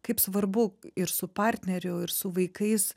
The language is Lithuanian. kaip svarbu ir su partneriu ir su vaikais